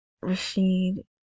Rashid